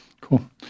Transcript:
Cool